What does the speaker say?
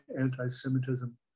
anti-Semitism